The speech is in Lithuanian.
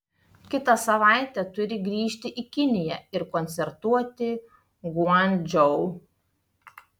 kitą savaitę turi grįžti į kiniją ir koncertuoti guangdžou